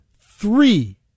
three